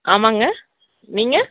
ஆமாங்க நீங்கள்